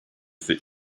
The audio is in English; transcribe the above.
that